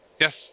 Yes